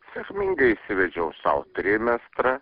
sėkmingai išsivedžiau sau trimestrą